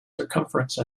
circumference